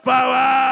Power